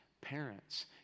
parents